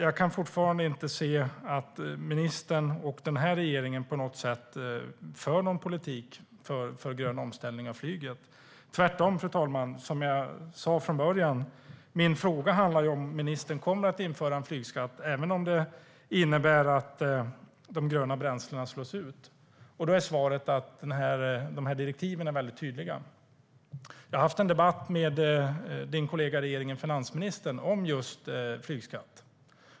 Jag kan fortfarande inte se att ministern och den här regeringen på något sätt för någon politik för grön omställning av flyget. Tvärtom är det som jag sa från början. Min fråga handlade om huruvida ministern kommer att införa en flygskatt även om det innebär att de gröna bränslena slås ut. Då är svaret att direktiven är tydliga. Jag har haft en debatt med statsrådets kollega i regeringen, finansministern, om just flygskatt.